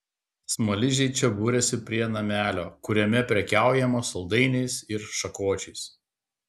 smaližiai čia buriasi prie namelio kuriame prekiaujama saldainiais ir šakočiais